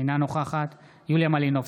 אינה נוכחת יוליה מלינובסקי,